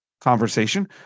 conversation